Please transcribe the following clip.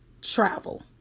Travel